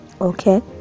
okay